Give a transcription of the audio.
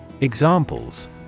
Examples